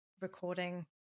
recording